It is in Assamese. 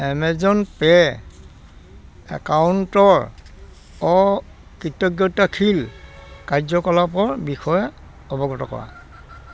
এমেজন পে' একাউণ্টৰ অকৃতজ্ঞতাশীল কাৰ্য্যকলাপৰ বিষয়ে অৱগত কৰা